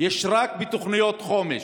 יש רק בתוכניות חומש.